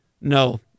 No